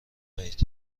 وحید